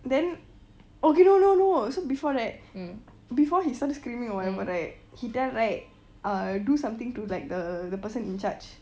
then okay no no no so before that before he started screaming or whatever right he tell right uh do something to like the person in charge